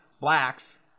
blacks